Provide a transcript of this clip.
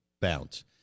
Bounce